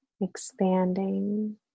expanding